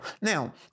Now